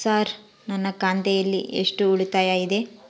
Sir ನನ್ನ ಖಾತೆಯಲ್ಲಿ ಎಷ್ಟು ಉಳಿತಾಯ ಇದೆ?